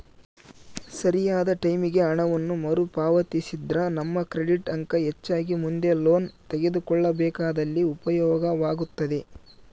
ಸರಿಯಾದ ಟೈಮಿಗೆ ಹಣವನ್ನು ಮರುಪಾವತಿಸಿದ್ರ ನಮ್ಮ ಕ್ರೆಡಿಟ್ ಅಂಕ ಹೆಚ್ಚಾಗಿ ಮುಂದೆ ಲೋನ್ ತೆಗೆದುಕೊಳ್ಳಬೇಕಾದಲ್ಲಿ ಉಪಯೋಗವಾಗುತ್ತದೆ